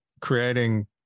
creating